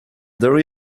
there